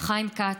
חיים כץ,